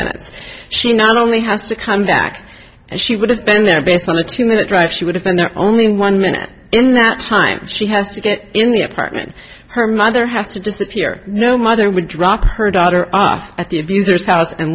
minutes she not only has to come back and she would have been there based on a two minute drive she would have been there only one minute in that time she has to get in the apartment her mother has to disappear no mother would drop her daughter off at the abuser's h